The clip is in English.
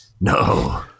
no